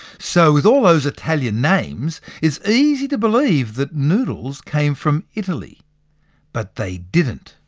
so with all those italian names, it's easy to believe that noodles came from italy but they didn't.